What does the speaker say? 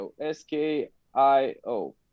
s-k-i-o